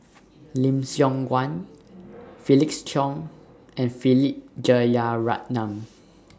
Lim Siong Guan Felix Cheong and Philip Jeyaretnam